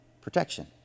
protection